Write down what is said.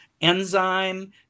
enzyme